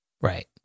Right